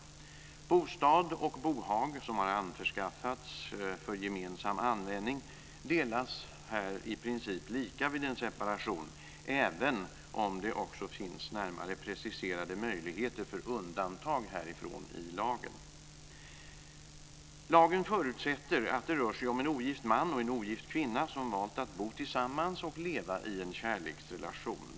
Bostad och bohag som har anskaffats för gemensam användning delas i princip lika vid en separation även om det också finns närmare preciserade möjligheter för undantag härifrån i lagen. Lagen förutsätter att det rör sig om en ogift man och ogift kvinna som valt att bo tillsammans och leva i en kärleksrelation.